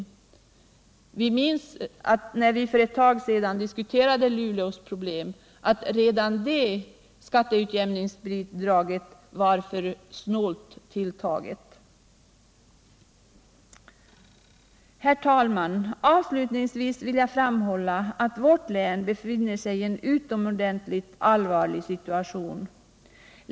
I Vi minns ju att när vi för ett tag sedan diskuterade Luleås problem, så "konstaterade vi att redan det skatteutjämningsbidraget var för snålt tilltajget. ) Herr talman! Avslutningsvis vill jag framhålla att vårt län befinner sig i en 69 utomordentligt allvarlig situation.